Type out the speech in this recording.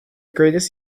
greatest